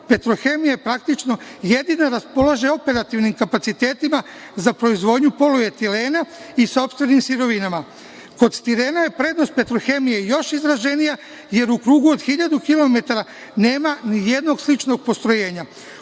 „Petrohemija“, praktično, jedino raspolaže operativnim kapacitetima za proizvodnju polietilena i sopstvenim sirovinama. Kod tirena je prednost „Petrohemije“ još izraženija, jer u krugu od hiljadu kilometara nema ni jednog sličnog postrojenja.